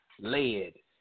lead